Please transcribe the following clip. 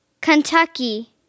Kentucky